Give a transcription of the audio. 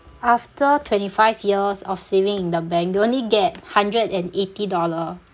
after twenty five years of saving in the bank you only get hundred and eighty dollar